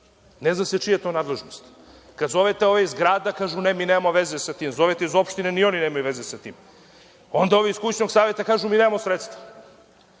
Ne zna se čija je to nadležnost. Kad zovete ove iz grada, kažu – ne, mi nemamo veze sa tim. Zovete iz opštine, ni oni nemaju veze sa tim. Onda ovi iz kućnog saveta kažu – mi nemamo sredstva.